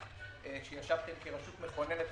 שישבה כרשות מכוננת,